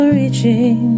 reaching